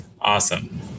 Awesome